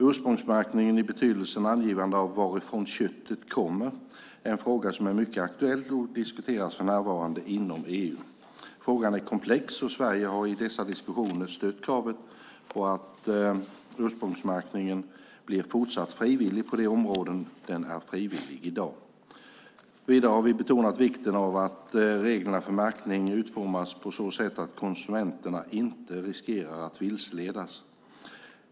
Ursprungsmärkning i betydelsen angivande av varifrån köttet kommer är en fråga som är mycket aktuell, och den diskuteras för närvarande inom EU. Frågan är komplex, och Sverige har i dessa diskussioner stött kraven på att ursprungsmärkningen ska bli fortsatt frivillig på de områden där den är frivillig i dag. Vidare har vi betonat vikten av att reglerna för märkningen utformas på så sätt att konsumenterna inte riskerar att vilseledas.